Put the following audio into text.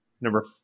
Number